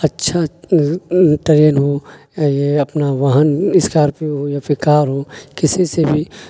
اچھا ٹرین ہو یا یہ اپنا واہن اسکارپیو ہو یا پھر کار ہو کسی سے بھی